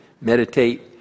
meditate